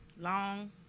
Long